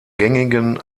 gängigen